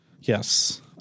Yes